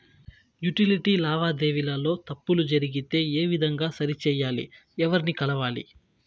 Utility లావాదేవీల లో తప్పులు జరిగితే ఏ విధంగా సరిచెయ్యాలి? ఎవర్ని కలవాలి?